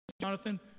Jonathan